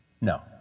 No